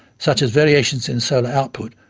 such as variations in solar output,